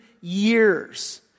years